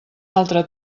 altre